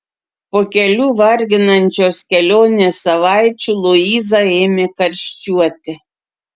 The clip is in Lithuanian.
po kelių varginančios kelionės savaičių luiza ėmė karščiuoti